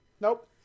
Nope